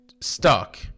stuck